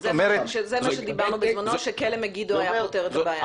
מה שדיברנו בזמנו, שכלא מגידו היה פותר את הבעיה.